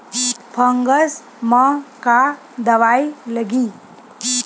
Fungus म का दवाई लगी?